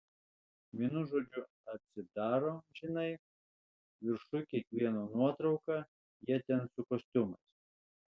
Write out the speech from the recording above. vienu žodžiu atsidaro žinai viršuj kiekvieno nuotrauka jie ten su kostiumais